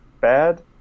bad